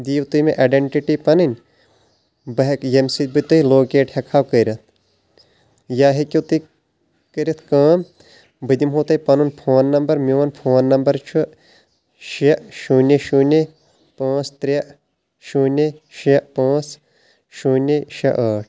دِیو تُہۍ مےٚ آڈنٹِٹی پنٕنۍ بہٕ ہیکہٕ ییٚمہِ سۭتۍ بہٕ لوکیٹ ہیٚکہٕ ہاو کٔرِتھ یا ہیٚکِو تُہۍ کٔرِتھ کأم بہٕ دِمہٕ ہو تۄہہِ پنُن فون نمبر میون فون نمبر چھ شیٚے شوٗنہِ شوٗنہِ پانٛژھ ترٛےٚ شوٗنہِ شیٚے پانٛژھ شوٗنہِ شیٚے أٹھ